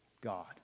God